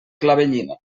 clavellina